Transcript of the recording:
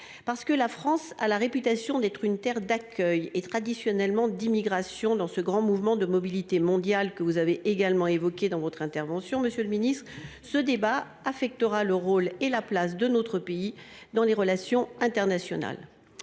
Parce que la France a la réputation, traditionnellement, d’être une terre d’accueil et d’immigration, dans ce grand mouvement de mobilité mondiale que vous avez également évoqué dans votre intervention, monsieur le ministre, ce débat affectera le rôle et la place de notre pays dans les relations internationales.